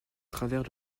travers